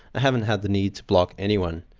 i haven't had the need to block anyone.